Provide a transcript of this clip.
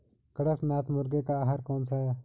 कड़कनाथ मुर्गे का आहार कौन सा है?